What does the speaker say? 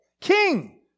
King